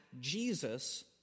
Jesus